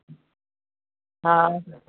हा